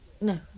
No